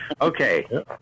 Okay